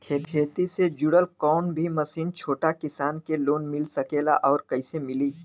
खेती से जुड़ल कौन भी मशीन छोटा किसान के लोन मिल सकेला और कइसे मिली?